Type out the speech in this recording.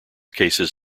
cases